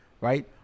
right